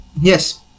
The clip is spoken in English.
yes